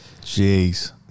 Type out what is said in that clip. Jeez